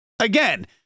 Again